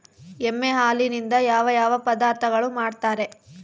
ಎಮ್ಮೆ ಹಾಲಿನಿಂದ ಯಾವ ಯಾವ ಪದಾರ್ಥಗಳು ಮಾಡ್ತಾರೆ?